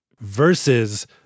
versus